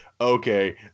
okay